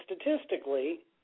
statistically